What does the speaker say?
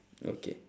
okay